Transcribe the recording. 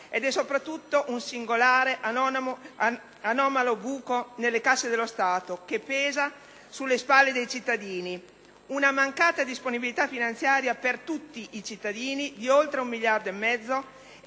È, soprattutto, un singolare ed anomalo buco nelle casse dello Stato che pesa sulle spalle dei cittadini, una mancata disponibilità finanziaria per oltre un miliardo e mezzo